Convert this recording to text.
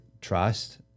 trust